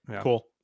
Cool